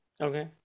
Okay